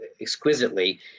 exquisitely